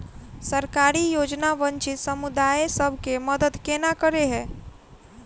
सरकारी योजना वंचित समुदाय सब केँ मदद केना करे है?